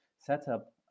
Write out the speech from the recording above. setup